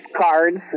cards